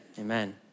amen